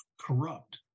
corrupt